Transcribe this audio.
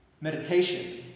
meditation